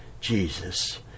Jesus